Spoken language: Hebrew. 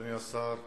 אדוני השר,